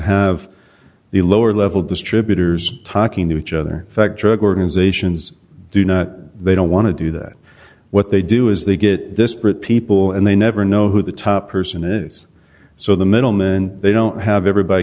have the lower level distributors talking to each other fact drug organizations do not they don't want to do that what they do is they get desperate people and they never know who the top person is so the middlemen they don't have every